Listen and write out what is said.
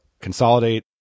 consolidate